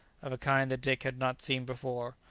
of a kind that dick had not seen before,